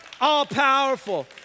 All-powerful